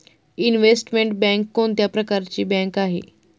Investment bank कोणत्या प्रकारची bank आहे?